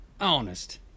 honest